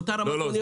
באותה רמת אוניות,